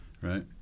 Right